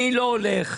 אני לא הולך,